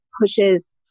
pushes